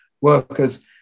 workers